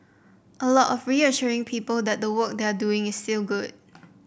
a lot of reassuring people that the work they are doing is still good